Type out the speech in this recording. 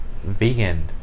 vegan